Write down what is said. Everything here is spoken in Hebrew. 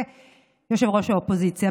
וראש האופוזיציה.